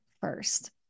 first